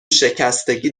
شکستگی